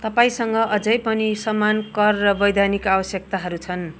तपाईँँसँग अझै पनि समान कर र वैधानिक आवश्यकताहरू छन्